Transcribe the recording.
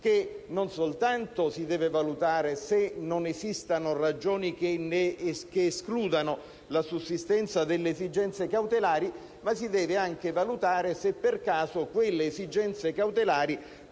che non soltanto si deve valutare se non esistano ragioni che escludano la sussistenza delle esigenze cautelari, ma si deve anche valutare se per caso quelle esigenze cautelari